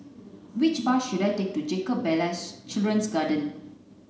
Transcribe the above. which bus should I take to Jacob Ballas Children's Garden